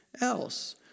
else